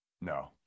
No